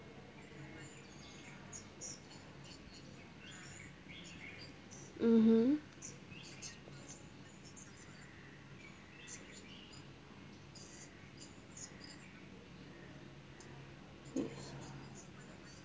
mmhmm